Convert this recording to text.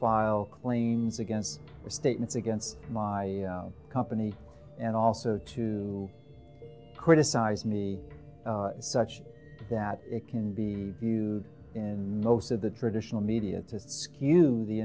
file claims against statements against my company and also to criticize me such that it can be viewed in most of the traditional media to skew the